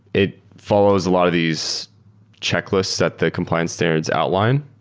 it follows a lot of these checklists that the compliance standards outline.